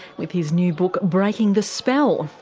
with his new book breaking the spell.